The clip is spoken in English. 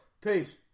Peace